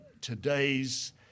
today's